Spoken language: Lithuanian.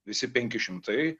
visi penki šimtai